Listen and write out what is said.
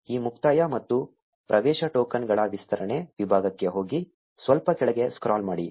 ಈ ಮುಕ್ತಾಯ ಮತ್ತು ಪ್ರವೇಶ ಟೋಕನ್ಗಳ ವಿಸ್ತರಣೆ ವಿಭಾಗಕ್ಕೆ ಹೋಗಿ ಸ್ವಲ್ಪ ಕೆಳಗೆ ಸ್ಕ್ರಾಲ್ ಮಾಡಿ